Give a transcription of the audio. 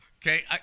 Okay